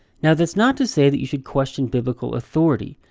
now that's not to say that you should question biblical authority.